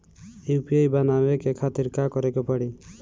UPI बनावे के खातिर का करे के पड़ी?